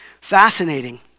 fascinating